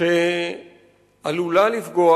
שעלולה לפגוע